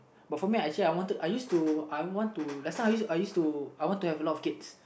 but for me actually I wanted I used to I want to last time I used I used to I want to have a lot of kids